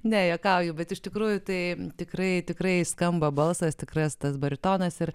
ne juokauju bet iš tikrųjų tai tikrai tikrai skamba balsas tikras tas baritonas ir